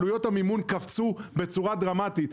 עלויות המימון קפצו דרמטית.